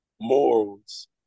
morals